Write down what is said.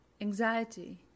anxiety